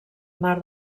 mar